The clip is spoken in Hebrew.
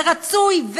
ורצוי,